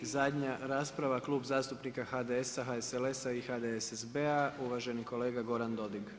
I zadnja rasprava Klub zastupnika HDS-a, HSLS-a i HDSSB-a, uvaženi kolega Goran Dodig.